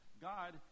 God